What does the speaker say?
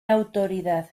autoridad